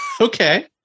Okay